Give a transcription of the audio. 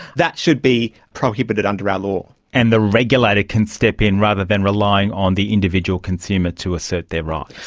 that should be prohibited under our law. and the regulator can step in rather than relying on the individual consumer to assert their rights.